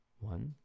One